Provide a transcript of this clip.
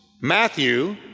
Matthew